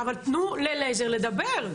תנו ללייזר לדבר.